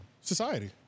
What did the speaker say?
Society